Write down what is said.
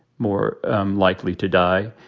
more likely to die.